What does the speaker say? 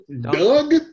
Doug